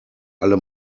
alle